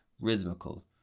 rhythmical